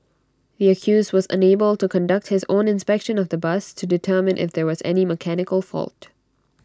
the accused was unable to conduct his own inspection of the bus to determine if there was any mechanical fault